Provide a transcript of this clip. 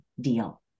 deal